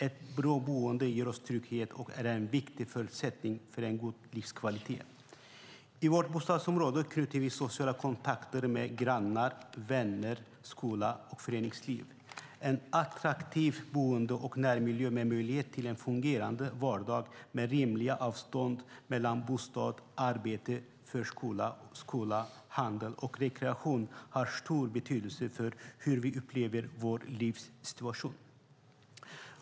Ett bra boende ger oss trygghet och det är en viktig förutsättning för en god livskvalitet. I vårt bostadsområde knyter vi sociala kontakter med grannar, vänner, skola och föreningsliv. En attraktiv boende och närmiljö med möjlighet till en fungerande vardag med rimliga avstånd mellan bostad, arbete, förskola, skola, handel och rekreation har stor betydelse för hur vi upplever vår livssituation.